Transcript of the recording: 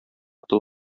тол